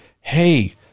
hey